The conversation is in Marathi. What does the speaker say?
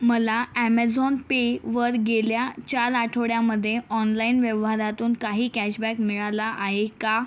मला अॅमेझॉन पेवर गेल्या चार आठवड्यामध्ये ऑनलाइन व्यवहारातून काही कॅशबॅक मिळाला आहे का